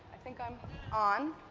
i think i'm on.